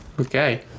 Okay